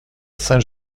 saint